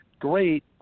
great